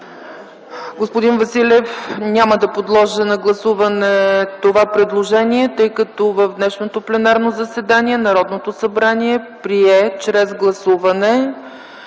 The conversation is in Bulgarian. Господин Василев, няма да подложа на гласуване това предложение, тъй като в днешното пленарно заседание Народното събрание прие чрез гласуване